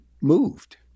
moved